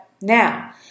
Now